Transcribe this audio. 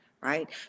right